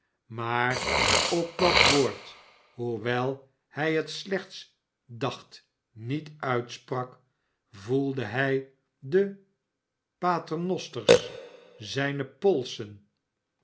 maar op dat woord hoewel hij het slechts dacht niet uitsprak voelde hij de paternosters zijne polzen